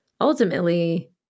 Ultimately